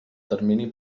termini